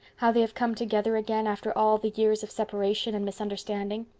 how they have come together again after all the years of separation and misunderstanding?